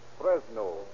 Fresno